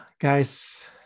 Guys